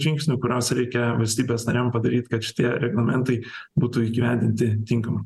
žingsnių kuriuos reikia valstybės nariam padaryt kad šitie reglamentai būtų įgyvendinti tinkamai